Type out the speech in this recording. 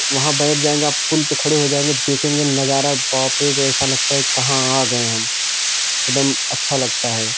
वहाँ बैठ जाएँगे आप पुल पर खड़े हो जाएँगे देखेंगे नज़ारा बाप रे ऐसा लगता है कहाँ आ गए हम एकदम अच्छा लगता है